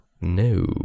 No